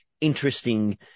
interesting